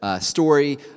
story